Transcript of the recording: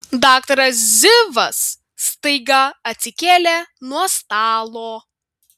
daktaras zivas staiga atsikėlė nuo stalo